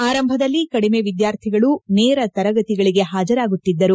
ಆರಂಭದಲ್ಲಿ ಕಡಿಮೆ ವಿದ್ಯಾರ್ಥಿಗಳು ನೇರ ತರಗತಿಗಳಿಗೆ ಪಾಜರಾಗುತ್ತಿದ್ದರು